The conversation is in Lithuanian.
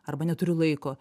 arba neturiu laiko